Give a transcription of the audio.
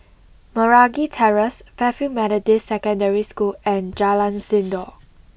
Meragi Terrace Fairfield Methodist Secondary School and Jalan Sindor